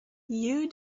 you